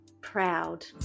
proud